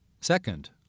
Second